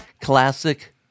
classic